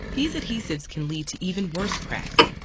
these adhesives can lead to even worse cracks.